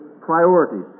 priorities